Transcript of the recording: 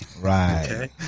Right